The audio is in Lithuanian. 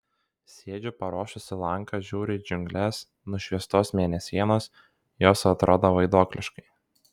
sėdžiu paruošusi lanką žiūriu į džiungles nušviestos mėnesienos jos atrodo vaiduokliškai